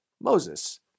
Moses